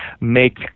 make